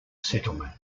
settlement